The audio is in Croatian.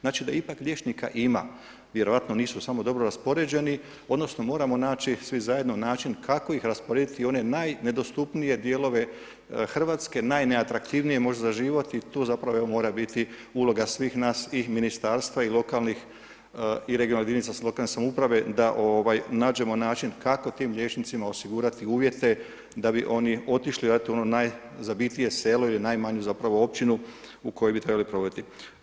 Znači da ipak liječnika ima, vjerojatno nisu samo dobro raspoređeni, odnosno moramo naći svi zajedno način kako ih rasporediti i u one najnedostupnije dijelove Hrvatske, najneatraktivnije možda za život i tu zapravo evo mora biti uloga svih nas i ministarstva i lokalnih i regionalnih jedinica lokalne samouprave da nađemo način kako tim liječnicima osigurati uvjete da bi oni otišli raditi u ono najzabitije selo ili najmanju zapravo općinu u kojoj bi trebali provoditi.